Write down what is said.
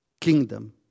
kingdom